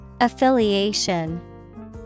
Affiliation